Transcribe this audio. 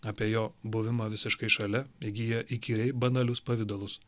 apie jo buvimą visiškai šalia įgyja įkyriai banalius pavidalus